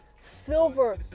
silver